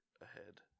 ahead